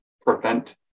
prevent